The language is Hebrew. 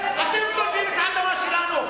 אתם גונבים את האדמה שלנו,